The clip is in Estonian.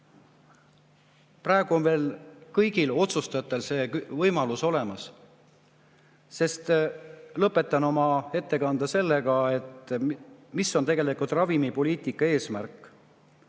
Praegu on veel kõigil otsustajatel see võimalus olemas. Lõpetan oma ettekande sellega, mis on tegelikult meie ravimipoliitika eesmärk.